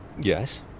Yes